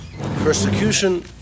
persecution